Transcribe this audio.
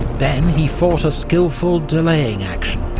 then he fought a skilful delaying action,